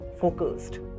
focused